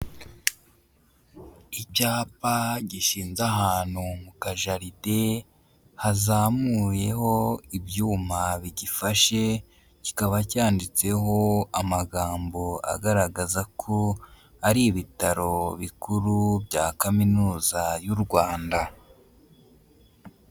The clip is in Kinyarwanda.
Icyapa gishinze ahantu mu kajaride, hazamuyeho ibyuma bigifashe, kikaba cyanditseho amagambo agaragaza ko ari ibitaro bikuru bya Kaminuza y'u Rwanda.